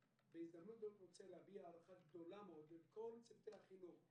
בהזדמנות הזאת אני רוצה להביע הערכה גדולה מאוד לכל צוותי החינוך,